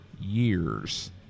years